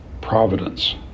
providence